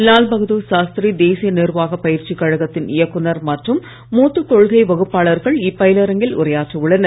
லால்பகதார் சாஸ்திரி தேசிய நிர்வாக பயிற்சி கழகத்தின் இயக்குநர் மற்றும் மூத்த கொள்கை வகுப்பாளர்கள் இப்பயிலரங்கில் உரையாற்ற உள்ளனர்